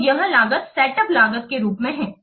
तो यह लागत सेटअप लागत के रूप में है